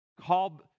call